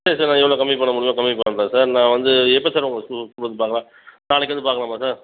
சரி சார் நான் எவ்வளோ கம்மி பண்ண முடியுமோ கம்மி பண்ணறேன் சார் நான் வந்து எப்போ சார் உங்களை ஸ்கூல் ஸ்கூல் வந்து பார்க்கலாம் நாளைக்கு வந்து பார்க்கலாமா சார்